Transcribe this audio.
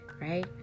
right